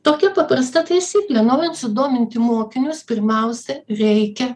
tokia paprasta taisyklė norint sudominti mokinius pirmiausia reikia